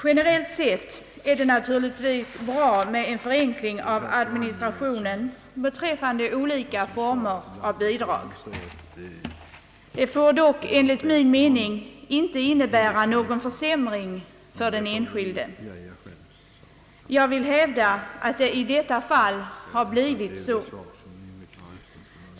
Generellt sett är det naturligtvis bra med en förenkling av administrationen beträffande olika former av bidrag. Det får dock enligt min mening inte innebära någon försämring för den enskilde. Jag vill hävda att det i detta fall har blivit så.